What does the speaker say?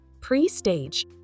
pre-stage